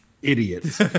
Idiots